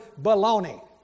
baloney